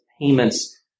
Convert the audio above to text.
payments